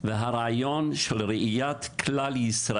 במשך כ-25 שנים והרב הראשי של מרוקו במשך כשש